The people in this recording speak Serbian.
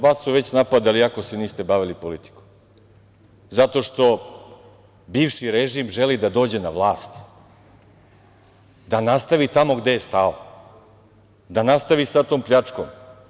Vas su već napadali, iako se niste bavili politikom, zato što bivši režim želi da dođe na vlast, da nastavi tamo gde je stao, da nastavi sa tom pljačkom.